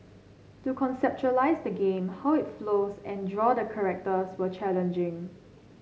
to conceptualise the game how it flows and draw the characters were challenging